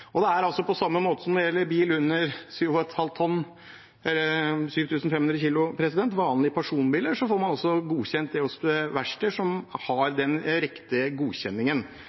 På samme måte som når det gjelder bil under 7 500 kg, vanlige personbiler, får man godkjent det hos verksteder som har den riktige godkjenningen.